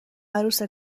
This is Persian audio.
عروس